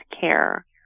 care